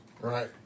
Right